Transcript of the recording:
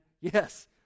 yes